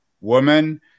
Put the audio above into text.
woman